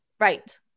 Right